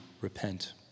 repent